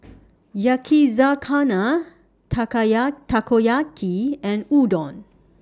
Yakizakana Takoyaki and Udon